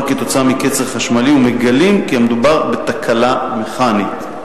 כתוצאה מקצר חשמלי ומגלים כי המדובר בתקלה מכנית.